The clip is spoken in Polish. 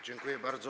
Dziękuję bardzo.